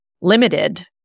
limited